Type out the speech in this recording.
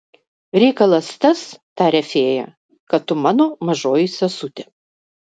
reikalas tas taria fėja kad tu mano mažoji sesutė